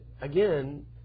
again